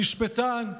המשפטן,